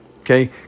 Okay